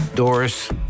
Doris